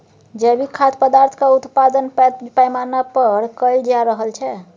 जैविक खाद्य पदार्थक उत्पादन पैघ पैमाना पर कएल जा रहल छै